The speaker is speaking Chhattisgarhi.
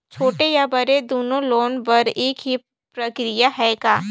छोटे या बड़े दुनो लोन बर एक ही प्रक्रिया है का?